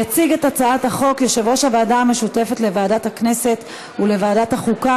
יציג את הצעת החוק יושב-ראש הוועדה המשותפת לוועדת הכנסת ולוועדת החוקה,